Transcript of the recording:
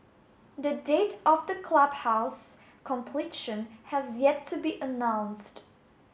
the date of the clubhouse's completion has yet to be announced